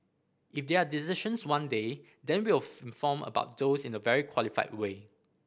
if there are decisions one day then will inform about those in a very qualified way